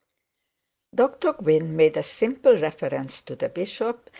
dr gwynne made a simple reference to the bishop,